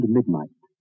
Midnight